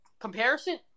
comparison